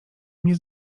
mnie